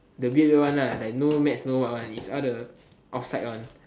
the weird weird one lah like no maths no other one like this all the outside one